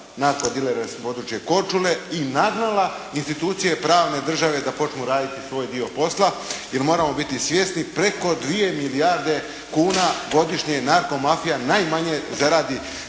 narko dilere s područja Korčule i nagnala institucije pravne države da počnu raditi svoj dio posla jer moramo biti svjesni preko dvije milijarde kuna godišnje je narko mafija najmanje zaradi